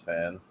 Fan